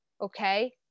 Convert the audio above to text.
Okay